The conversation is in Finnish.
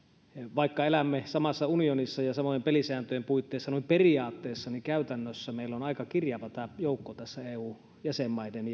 vaikka elämme samassa unionissa ja samojen pelisääntöjen puitteissa noin periaatteessa niin käytännössä meillä on aika kirjava tämä eu jäsenmaiden